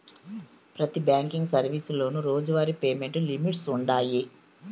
పెతి బ్యాంకింగ్ సర్వీసులోనూ రోజువారీ పేమెంట్ లిమిట్స్ వుండాయి